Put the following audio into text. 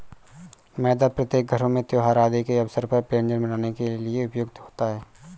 मैदा प्रत्येक घरों में त्योहार आदि के अवसर पर व्यंजन बनाने के लिए प्रयुक्त होता है